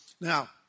Now